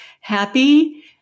happy